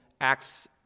Acts